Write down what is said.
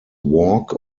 walk